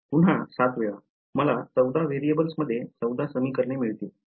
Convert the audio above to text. पुन्हा 7 वेळा मला 14 व्हेरिएबल्समध्ये 14 समीकरणे मिळतील